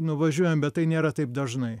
nuvažiuojam bet tai nėra taip dažnai